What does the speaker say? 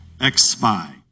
ex-spy